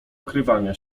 okrywania